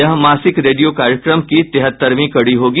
यह मासिक रेडियो कार्यक्रम की तिहत्तरवीं कड़ी होगी